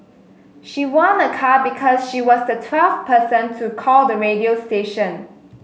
she won a car because she was the twelve person to call the radio station